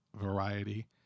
variety